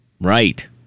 Right